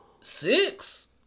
six